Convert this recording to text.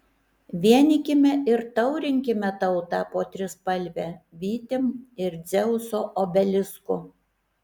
vienykime ir taurinkime tautą po trispalve vytim ir dzeuso obelisku